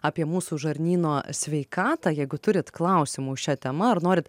apie mūsų žarnyno sveikatą jeigu turit klausimų šia tema ar norit